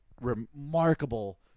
remarkable